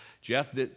Jeff